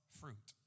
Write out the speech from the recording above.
fruit